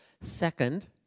Second